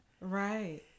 Right